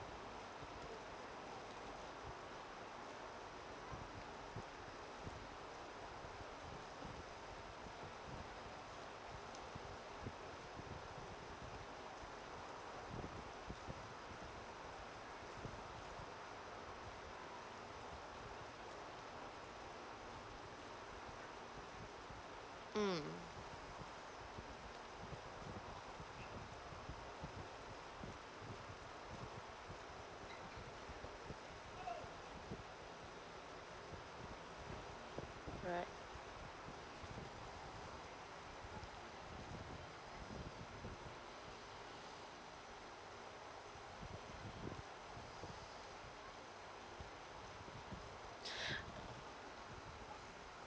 mm right